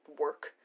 work